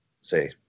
say